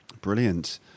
Brilliant